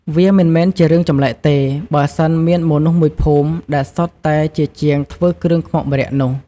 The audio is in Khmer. វាមិនមែនជារឿងចម្លែកទេ បើសិនមានមនុស្សមួយភូមិដែលសុទ្ធតែជាជាងធ្វើគ្រឿងខ្មុកម្រ័ក្សណ៍នោះ។